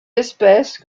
espèces